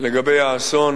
לגבי האסון